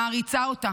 מעריצה אותה.